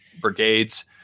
brigades